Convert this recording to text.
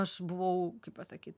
aš buvau kaip pasakyt